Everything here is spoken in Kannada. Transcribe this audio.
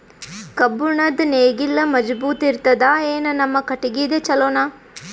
ಕಬ್ಬುಣದ್ ನೇಗಿಲ್ ಮಜಬೂತ ಇರತದಾ, ಏನ ನಮ್ಮ ಕಟಗಿದೇ ಚಲೋನಾ?